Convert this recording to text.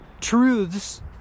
truths